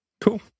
Cool